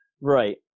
Right